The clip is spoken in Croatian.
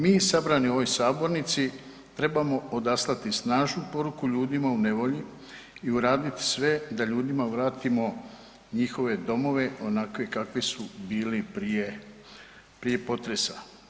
Mi sabrani u ovoj sabornici trebamo odaslati snažnu poruku ljudima u nevolji i uradit sve da ljudima vratimo njihove domove onakve kakvi su bili prije potresa.